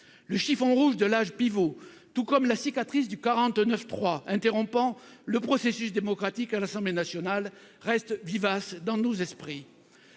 Le chiffon rouge de l'âge pivot et la cicatrice du 49 alinéa 3, interrompant le processus démocratique à l'Assemblée nationale, restent vivaces dans nos esprits.